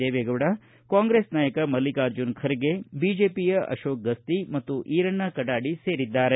Deve Gowda Congress ನಾಯಕ ಮಲ್ಲಿಕಾರ್ಜುನ ಖರ್ಗೆ ಬಿಜೆಪಿಯ ಅಶೋಕ್ ಗಸ್ತಿ ಮತ್ತು ಈರಣ್ಣ ಕಡಾಡಿ ಸೇರಿದ್ದಾರೆ